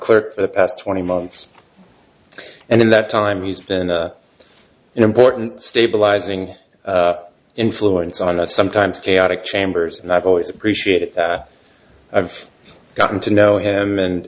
clerk for the past twenty months and in that time he's been an important stabilizing influence and i sometimes chaotic chambers and i've always appreciated that i've gotten to know him